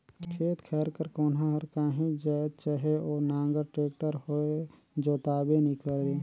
खेत खाएर कर कोनहा हर काहीच जाएत चहे ओ नांगर, टेक्टर होए जोताबे नी करे